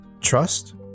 Trust